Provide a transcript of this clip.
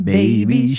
Baby